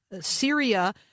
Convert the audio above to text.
Syria